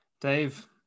Dave